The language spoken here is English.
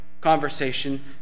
conversation